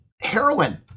heroin